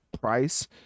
price